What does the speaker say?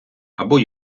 або